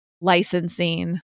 licensing